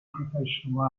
professional